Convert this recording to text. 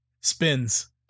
Spins